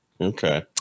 Okay